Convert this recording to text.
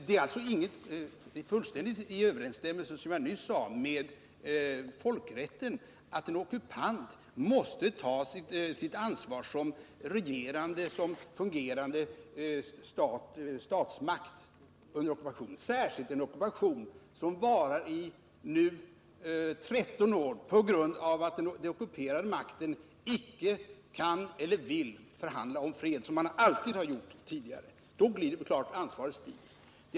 Det är alltså i fullständig överensstämmelse, som jag nyss sade, med folkrätten att en ockupant måste ta sitt ansvar som fungerande statsmakt under ockupationen, särskilt när det gäller en ockupation som varat i 13 år på grund av att den ockuperande makten icke kan eller vill förhandla om fred, som man alltid har gjort tidigare. Det är klart att ansvaret då ökar.